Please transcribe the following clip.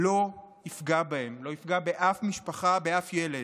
לא תפגע בהם, לא תפגע באף משפחה, באף ילד.